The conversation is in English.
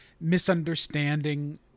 misunderstanding